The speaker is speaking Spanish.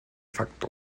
facto